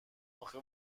اخه